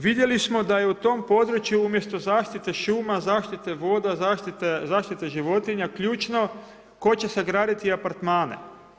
Vidjeli smo da je u tom području umjesto zaštite šuma, zašite voda, zaštite životinja ključno tko će sagraditi apartmane.